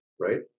right